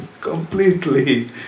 completely